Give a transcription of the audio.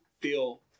feel